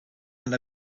and